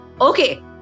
Okay